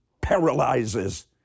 paralyzes